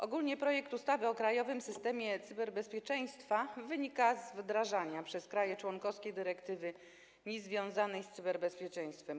Ogólnie projekt ustawy o krajowym systemie cyberbezpieczeństwa wynika z wdrażania przez kraje członkowskie dyrektywy NIS związanej z cyberbezpieczeństwem.